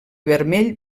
vermell